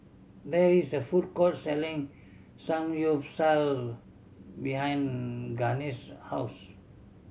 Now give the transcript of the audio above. there is a food court selling Samgyeopsal behind Gaines' house